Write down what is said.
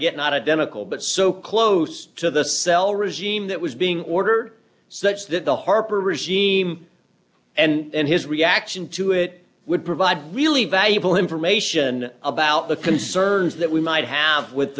yet not identical but so close to the cell regime that was being ordered such that the harper regime and his reaction to it would provide really valuable information about the concerns that we might have with